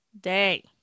day